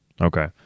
okay